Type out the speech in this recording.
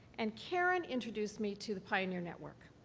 and karen introduced me to the pioneer network,